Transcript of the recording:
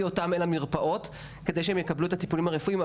אותם אל המרפאות כדי שהם יקבלו את הטיפולים הרפואיים,